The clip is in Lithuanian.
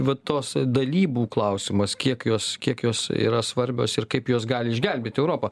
vat tos dalybų klausimas kiek jos kiek jos yra svarbios ir kaip jos gali išgelbėt europą